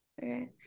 Okay